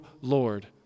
Lord